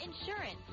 insurance